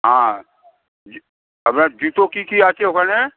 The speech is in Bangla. হ্যাঁ জু আপনার জুতো কী কী আছে ওখানে